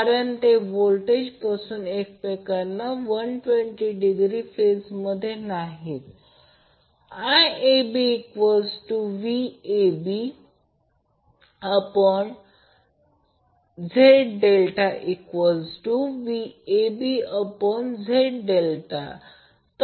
कारण ते व्होल्टेज एकमेकांपासून 120 डिग्री फेजमध्ये नाहीत